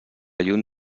llum